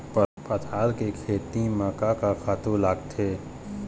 पताल के खेती म का का खातू लागथे?